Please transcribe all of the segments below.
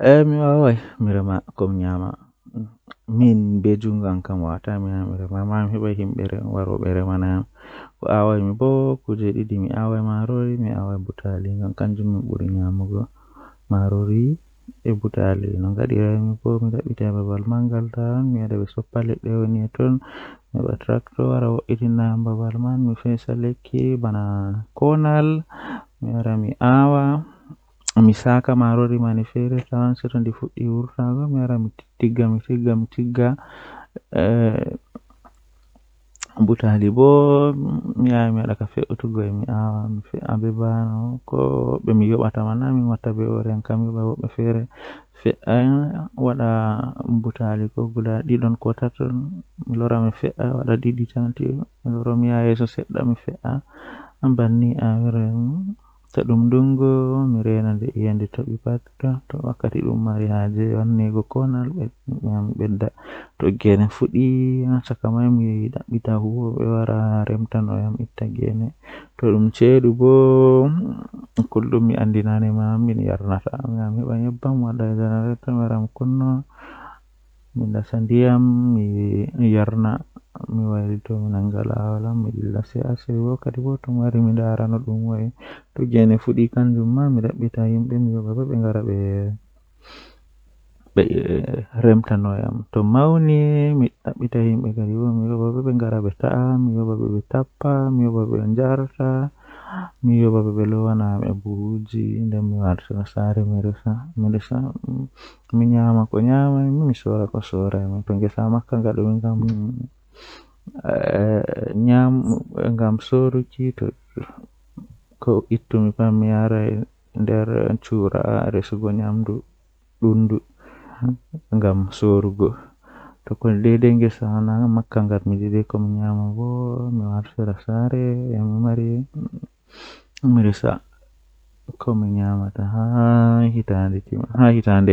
Ah ndikka himɓe maraa ɓikkon Ko sabu ngal, warti ɓe heɓata moƴƴi e laawol e soodun nder ɗam, hokkataa e fowru e tawti laawol, jeyaaɓe e waɗtude caɗeele. Ko tawa warti ɓe heɓata moƴƴi e maɓɓe e laawol ngal tawa kuutorde kafooje ɓe, yaafa ɓe njogi saɗde e heɓuɓe. Warti wondi kaɓɓe njahi loowaaji ngam jooɗuɓe ɗe waawataa e waɗtuɗe ko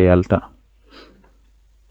wi'a e waɗtude.